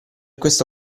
questo